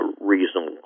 reasonable